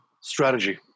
Strategy